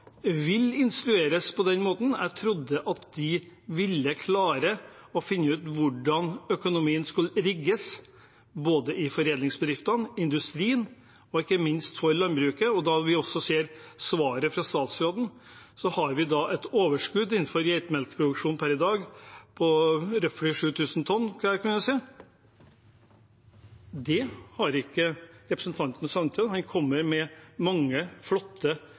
vil instrueres på denne måten. Jeg trodde at de ville klare å finne ut hvordan økonomien skulle rigges i både foredlingsbedriftene og industrien og ikke minst for landbruket. Når vi ser svaret fra statsråden, har vi et overskudd innenfor geitemelkproduksjon per i dag på røffly 7 000 tonn, etter hva jeg kan se. Noe svar har ikke representanten Sandtrøen. Han kommer med mange flotte